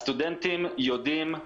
הסטודנטים יודעים.